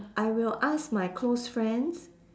I will ask my close friends